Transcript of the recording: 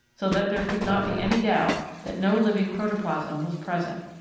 so that there could not be any doubt that no living protoplasm was present.